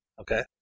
Okay